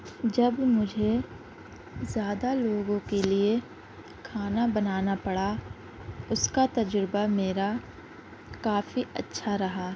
جب مجھے زیادہ لوگوں کے لیے کھانا بنانا پڑا اس کا تجربہ میرا کافی اچھا رہا